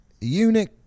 eunuch